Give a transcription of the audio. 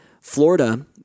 Florida